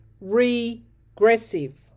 regressive